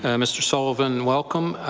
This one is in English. um mr. sullivan, welcome.